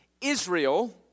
Israel